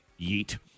Yeet